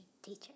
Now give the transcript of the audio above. Teacher